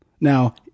Now